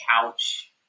couch